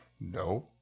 No